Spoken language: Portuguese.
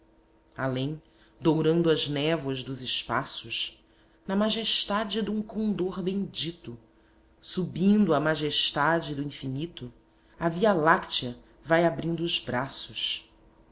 além dourando as névoas dos espaços na majestade dum condor bendito subindo à majestade do infinito a via-láctea vai abrindo os braços